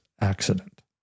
accident